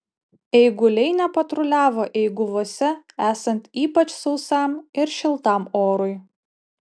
eiguliai nepatruliavo eiguvose esant ypač sausam ir šiltam orui